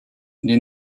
des